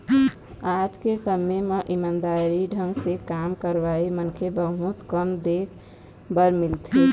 आज के समे म ईमानदारी ढंग ले काम करइया मनखे बहुत कम देख बर मिलथें